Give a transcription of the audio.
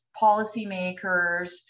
policymakers